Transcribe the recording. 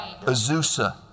Azusa